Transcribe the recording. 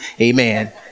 Amen